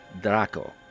Draco